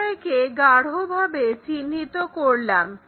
আমরা একে গাঢ়ভাবে চিহ্নিত করলাম